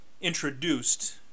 introduced